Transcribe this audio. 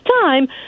time